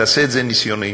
תעשה את זה ניסיוני,